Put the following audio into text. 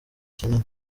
kinini